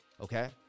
okay